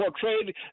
portrayed